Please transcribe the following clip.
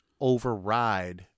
override